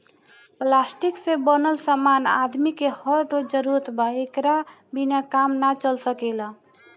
plastic से बनल समान आदमी के हर रोज जरूरत बा एकरा बिना काम ना चल सकेला